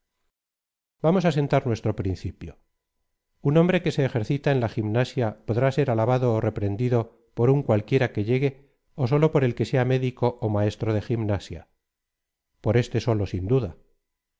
vamos á sentar nuestro principio un hombre que se ejercita en la gimnasia podrá ser alabado ó reprendido por un cualquiera que llegue ó sólo por el que sea médico ó maestro de gimnasia por este sólo sin duda